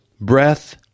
breath